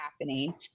happening